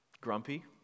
grumpy